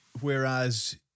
whereas